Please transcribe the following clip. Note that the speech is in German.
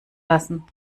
lassen